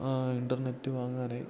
internet വാങ്ങാനായി